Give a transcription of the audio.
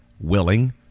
willing